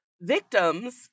victims